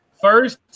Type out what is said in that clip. First